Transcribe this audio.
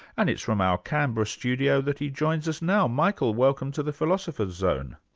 and it's from our canberra studio that he joins us now. michael, welcome to the philosopher's zone.